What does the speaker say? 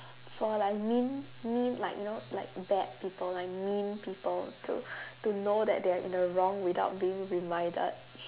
for like mean mean like you know like bad people like mean people to to know that they're in the wrong without being reminded